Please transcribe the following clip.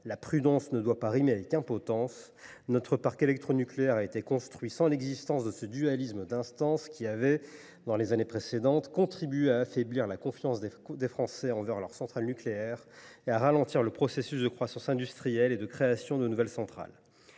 prudence ne doit pas rimer avec impotence. Notre parc électronucléaire a été construit sans l’existence de ce dualisme d’instances, qui a, ces dernières années, contribué à affaiblir la confiance des Français envers leurs centrales nucléaires et à ralentir le processus de croissance industrielle et de création de nouvelles centrales.